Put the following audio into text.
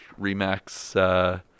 remax